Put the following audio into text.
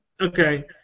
Okay